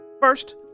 First